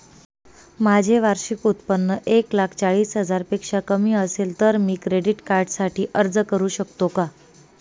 माझे वार्षिक उत्त्पन्न एक लाख चाळीस हजार पेक्षा कमी असेल तर मी क्रेडिट कार्डसाठी अर्ज करु शकतो का?